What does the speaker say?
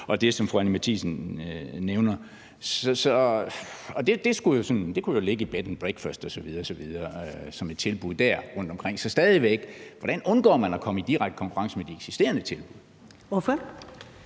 og det, som fru Anni Matthiesen nævner. Det kunne jo ligge i bed and breakfast som et tilbud der. Så stadig væk vil jeg spørge: Hvordan undgår man at komme i direkte konkurrence med de eksisterende tilbud? Kl.